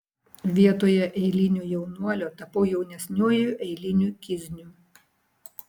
vietoje eilinio jaunuolio tapau jaunesniuoju eiliniu kizniu